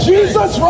Jesus